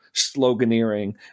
sloganeering